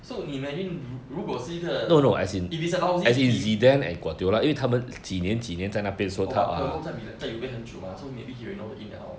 so 你 imagine ru~ 如果是一个 if it's a lousy team oh but pirlo 在 mil~ 在 uva 很久吗 so maybe he'll know he in and out